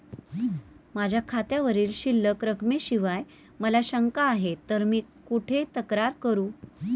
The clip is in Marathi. माझ्या खात्यावरील शिल्लक रकमेविषयी मला शंका आहे तर मी कुठे तक्रार करू?